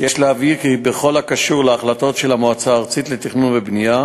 יש להבהיר כי בכל הקשור להחלטות של המועצה הארצית לתכנון ולבנייה,